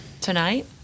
Tonight